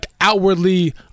outwardly